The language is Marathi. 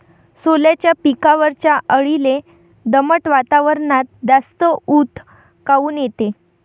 सोल्याच्या पिकावरच्या अळीले दमट वातावरनात जास्त ऊत काऊन येते?